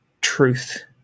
truth